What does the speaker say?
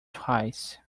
twice